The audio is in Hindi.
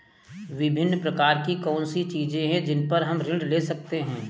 विभिन्न प्रकार की कौन सी चीजें हैं जिन पर हम ऋण ले सकते हैं?